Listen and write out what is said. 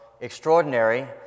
extraordinary